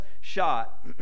shot